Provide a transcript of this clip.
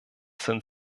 sind